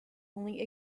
only